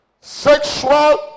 sexual